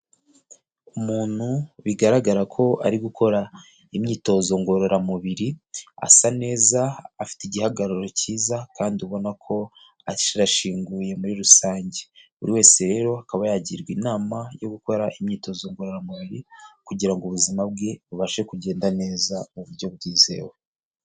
Umuntu bigaragara ko ari gukora imyitozo ngororamubiri, asa neza, afite igihagararo cyiza kandi ubona ko ashinguye muri rusange, buri wese rero akaba yagirwa inama yo gukora imyitozo ngororamubiri, kugira ubuzima bwe bubashe kugenda neza, mu buryo bwizewe.